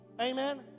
Amen